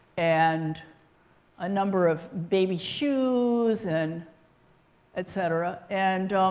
and a number of baby shoes, and et cetera. and